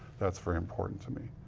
that's very important to me.